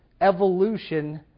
Evolution